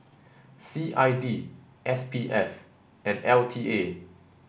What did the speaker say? C I D S P F and L T A